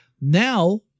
now